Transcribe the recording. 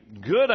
good